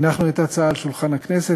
הנחנו את ההצעה על שולחן הכנסת,